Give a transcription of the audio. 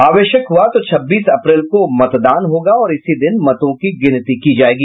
आवश्यक हुआ तो छब्बीस अप्रैल को मतदान होगा और इसी दिन मतों की गिनती की जायेगी